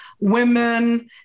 women